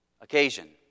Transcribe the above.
occasion